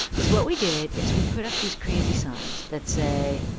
so what we did is we put up these crazy signs that say,